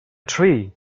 tree